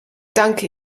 danke